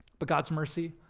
but god's mercy,